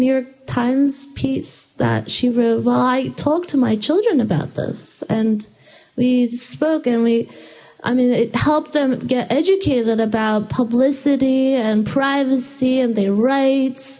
york times piece that she wrote i talked to my children about this and we spoke and we i mean it helped them get educated about publicity and privacy and they rights